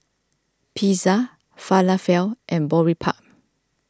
Pizza Falafel and Boribap